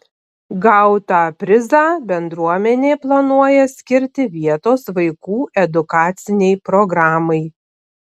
gautą prizą bendruomenė planuoja skirti vietos vaikų edukacinei programai